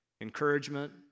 encouragement